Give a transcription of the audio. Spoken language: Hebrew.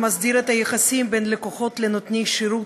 המסדיר את היחסים בין לקוחות לנותני שירות,